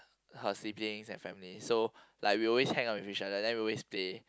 her siblings and family so like we always hang out with each other then we always play